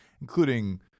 including